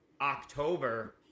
October